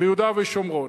ביהודה ושומרון.